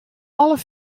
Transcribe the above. alle